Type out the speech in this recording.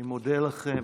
אני מודה לכם.